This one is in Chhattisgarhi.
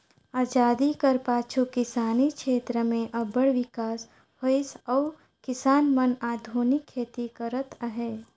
अजादी कर पाछू किसानी छेत्र में अब्बड़ बिकास होइस अउ किसान मन आधुनिक खेती करत अहें